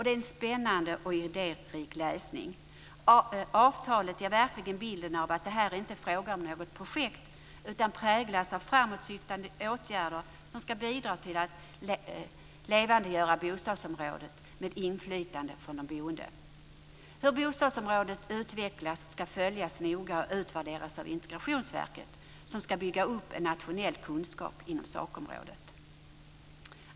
Det är en spännande och idérik läsning. Avtalet ger verkligen bilden av att det inte är fråga om något projekt. I stället präglas det av framåtsyftande åtgärder som ska bidra till att levandegöra bostadsområdet med inflytande från de boende. Hur bostadsområdet utvecklas ska följas noga och utvärderas av Integrationsverket som ska bygga upp en nationell kunskap inom sakområdet.